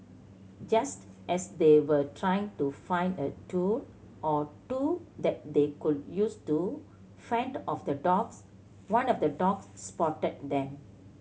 just as they were trying to find a tool or two that they could use to fend off the dogs one of the dogs spotted them